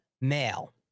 male